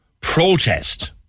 protest